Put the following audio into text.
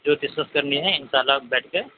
جو ڈسکس کرنی ہیں ان شاء اللہ بیٹھ کے